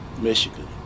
Michigan